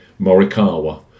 Morikawa